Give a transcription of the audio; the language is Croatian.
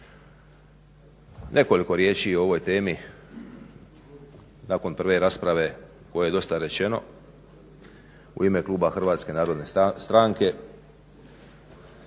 Nekoliko riječi o ovoj temi nakon prve rasprave u kojoj je dosta rečeno u ime kluba Hrvatske narodne stranke.